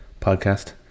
podcast